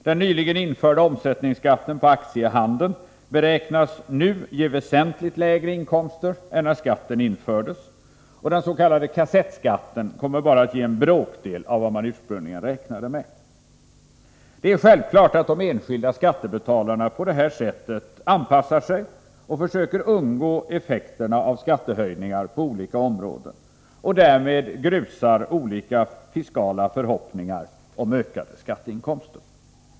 Den nyligen införda omsättningsskatten på aktiehandeln beräknas nu ge väsentligt lägre inkomster än när skatten infördes, och den s.k. kassettskatten kommer bara att ge en bråkdel av vad man ursprungligen räknade med. Det är självklart att de enskilda skattebetalarna på det här sättet anpassar sig och försöker undgå effekterna av skattehöjningar på olika områden, och därmed grusas olika fiskala förhoppningar om ökade skatteinkomster.